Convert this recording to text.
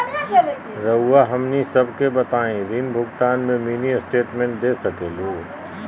रहुआ हमनी सबके बताइं ऋण भुगतान में मिनी स्टेटमेंट दे सकेलू?